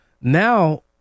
Now